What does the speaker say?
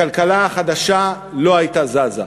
הכלכלה החדשה לא הייתה זזה.